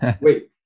Wait